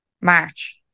March